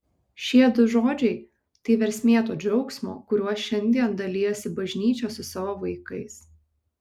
šie du žodžiai tai versmė to džiaugsmo kuriuo šiandien dalijasi bažnyčia su savo vaikais